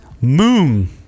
Moon